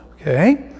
okay